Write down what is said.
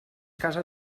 casa